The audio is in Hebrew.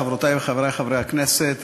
חברותי וחברי חברי הכנסת,